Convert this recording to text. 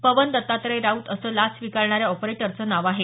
पवन दत्तात्रय राऊत असं लाच स्वीकारणाऱ्या ऑपरेटरचं नाव आहे